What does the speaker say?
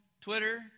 Twitter